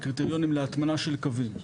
קריטריונים להטמנה של קווים.